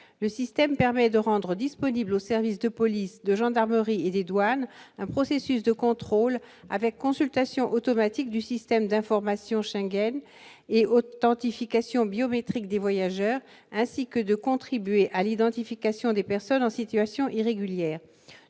le système permet de rendre disponible au service de police, de gendarmerie et des douanes, un processus de contrôle avec consultation automatique du système d'information Schengen et authentification biométrique des voyageurs ainsi que de contribuer à l'identification des personnes en situation irrégulière